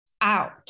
out